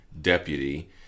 deputy